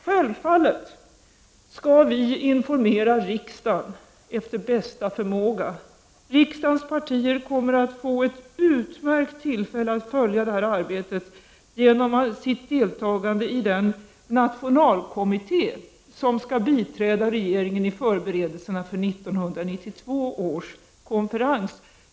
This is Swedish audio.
Självfallet skall vi efter bästa förmåga informera riskdagen. Riksdagens partier kommer att få ett utmärkt tillfälle att följa det arbetet genom sitt deltagande i den nationalkommitté som skall biträda regeringen i förberedelserna för 1992 års konferens.